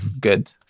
good